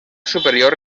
superior